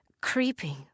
creeping